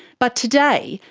but today,